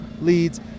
leads